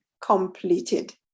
completed